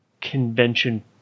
convention